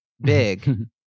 big